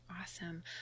Awesome